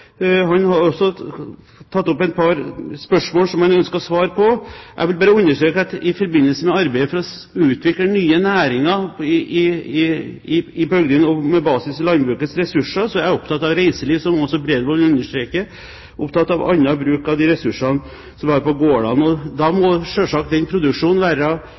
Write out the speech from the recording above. Han har også tatt opp et par spørsmål som han ønsker svar på. Jeg vil bare understreke at i forbindelse med arbeidet for å utvikle nye næringer i bygdene med basis i landbrukets ressurser, er jeg opptatt av reiseliv, som også Bredvold understreker, og annen bruk av de ressursene vi har på gårdene. Da må selvsagt produksjonen være